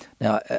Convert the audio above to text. Now